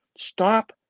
stop